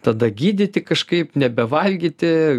tada gydyti kažkaip nebevalgyti